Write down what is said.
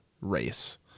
race